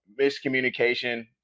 miscommunication